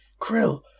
Krill